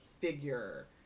figure